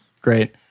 great